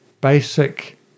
basic